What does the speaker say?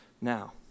now